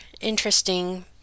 interesting